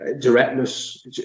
directness